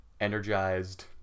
energized